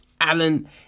Alan